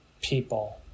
people